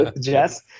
Jess